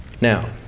Now